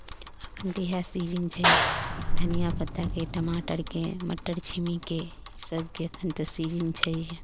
एखन तऽ इएह सीजन छै धनिया पत्ताके टमाटरके मटर छिम्मीके ईसभके एखन तऽ सीजन छैहे